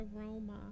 aroma